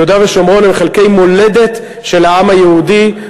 יהודה ושומרון הם חלקי מולדת של העם היהודי.